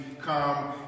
come